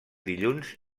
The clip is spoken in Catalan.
dilluns